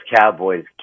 Cowboys